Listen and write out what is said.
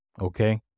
Okay